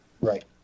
Right